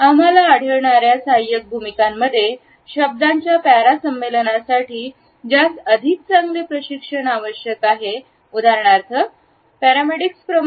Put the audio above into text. आम्हाला आढळणार्या सहाय्यक भूमिकांमध्ये शब्दाच्या पेरा संमेलनासाठी ज्यास अधिक चांगले प्रशिक्षण आवश्यक आहे उदाहरणार्थ पॅरामेडिक्स प्रमाणे